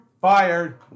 Fired